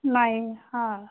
नाही हां